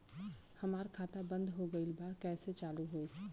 हमार खाता बंद हो गईल बा कैसे चालू होई?